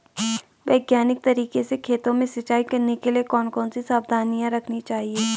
वैज्ञानिक तरीके से खेतों में सिंचाई करने के लिए कौन कौन सी सावधानी रखनी चाहिए?